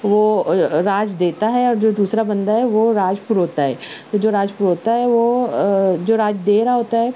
وہ راج دیتا ہے دوسرا بندہ ہے راج پروتا ہے جو راج پروتا ہے وہ جو راج دے رہا ہوتا ہے